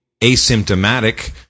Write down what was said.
asymptomatic